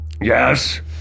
Yes